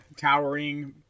towering